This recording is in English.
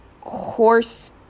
horse-